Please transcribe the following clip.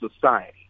society